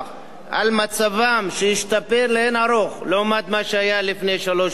על מצבם שהשתפר לאין ערוך לעומת מה שהיה לפני שלוש-ארבע שנים.